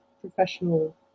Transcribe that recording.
professional